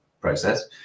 process